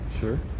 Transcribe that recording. Sure